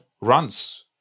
runs